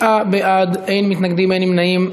29 בעד, אין מתנגדים, אין נמנעים.